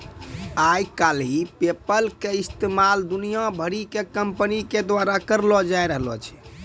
आइ काल्हि पेपल के इस्तेमाल दुनिया भरि के कंपनी के द्वारा करलो जाय रहलो छै